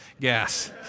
gas